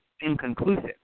inconclusive